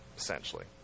essentially